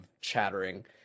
chattering